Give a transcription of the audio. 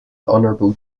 honorable